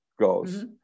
goes